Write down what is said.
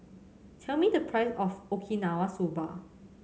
tell me the price of Okinawa Soba